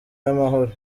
y’amahoro